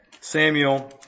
Samuel